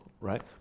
right